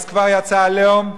אז כבר יצא "עליהום".